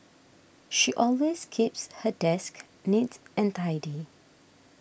she always keeps her desk neat and tidy